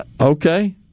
okay